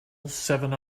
seven